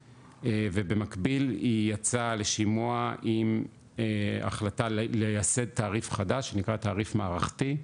ובמקביל היא יצאה לשימוע עם החלטה לייסד תעריף חדש שנקרא תעריף מערכתי,